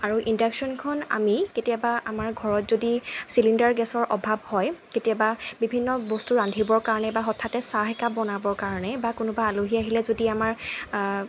আৰু ইণ্ডাকশ্যনখন আমি কেতিয়াবা আমাৰ ঘৰত যদি চিলিণ্ডাৰ গেছৰ অভাৱ হয় কেতিয়াবা বিভিন্ন বস্তু ৰান্ধিবৰ কাৰণে বা হঠাতে চাহ একাপ বনাবৰ কাৰণে বা কোনোবা আলহী আহিলে যদি আমাৰ